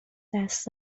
دست